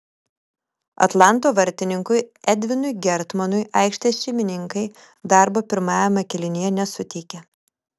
atlanto vartininkui edvinui gertmonui aikštės šeimininkai darbo pirmajame kėlinyje nesuteikė